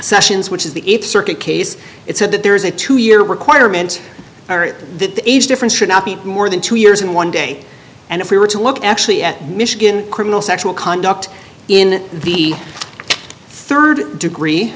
sessions which is the th circuit case it said that there is a two year requirement that the age difference should not be more than two years in one day and if we were to look actually at michigan criminal sexual conduct in the rd degree